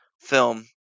film